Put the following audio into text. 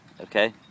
Okay